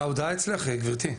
ההודעה אצלך, גברתי.